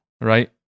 right